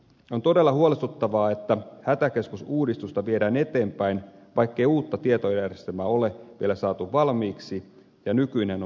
on todella huolestuttavaa että hätäkeskusuudistusta viedään eteenpäin vaikkei uutta tietojärjestelmää ole vielä saatu valmiiksi ja nykyinen on vanhentunut